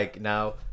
now